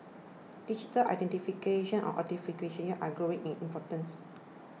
digital identification and authentication are growing in importance